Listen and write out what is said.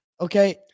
Okay